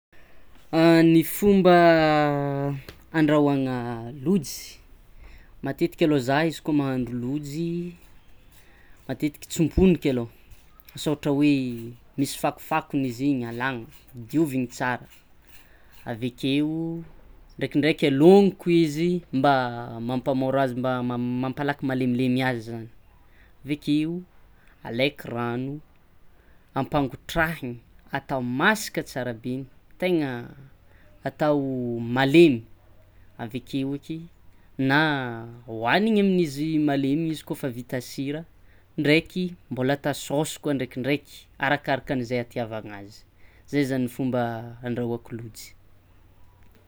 Ny fomba handrahoana lojy, matetika lo zah izy koa mahandro lojy matetiky tsomponiko aloha sao ohatra hoe misy fakofakony izy igny alana dioviny tsara avekeo, ndraikindraiky lomiko izy mba mampamora azy mba mampalaky malemy azy, avekeo aleko ragno ampangotrahina atao masaka tsara be tegna atao malemy avekeo eky na hoagniny amin'izy malemy izy kôfa vita sira, ndraiky mbola atao saosy ndrikindraiky arakan'izay hitiavana azy, zay zany fomba andrahoako lojy.